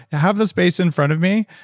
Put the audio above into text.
have this space in front of me.